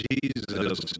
Jesus